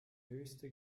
höchste